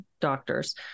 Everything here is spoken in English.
doctors